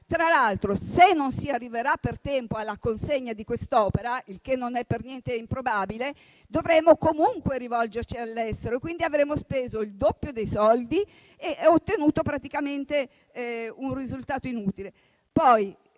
Tra l'altro, se non si arriverà per tempo alla consegna di quest'opera, il che non è per niente improbabile, dovremo comunque rivolgerci all'estero. Quindi avremo speso il doppio dei soldi e ottenuto praticamente un risultato inutile.